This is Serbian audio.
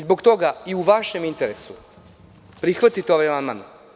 Zbog toga je i u vašem interesu prihvatite ovaj amandman.